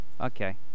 Okay